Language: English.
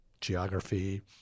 geography